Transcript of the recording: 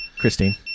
Christine